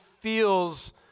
feels